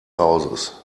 hauses